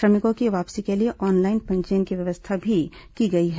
श्रमिकों की वापसी के लिए ऑनलाइन पंजीयन की व्यवस्था भी की गई है